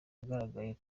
yagaragaye